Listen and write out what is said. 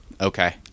Okay